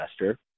investor